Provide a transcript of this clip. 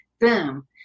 Boom